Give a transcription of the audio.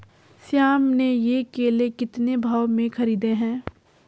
श्याम ने ये केले कितने भाव में खरीदे हैं?